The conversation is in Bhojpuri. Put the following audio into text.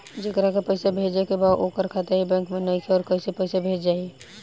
जेकरा के पैसा भेजे के बा ओकर खाता ए बैंक मे नईखे और कैसे पैसा भेजल जायी?